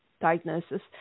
diagnosis